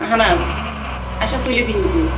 اَہَن حظ اَچھا تُلِو بِہِو تیٚلہِ